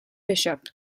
bishop